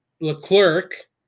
Leclerc